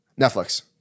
Netflix